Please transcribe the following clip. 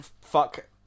fuck